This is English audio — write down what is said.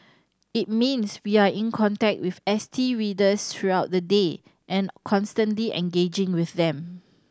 it means we are in contact with S T readers throughout the day and constantly engaging with them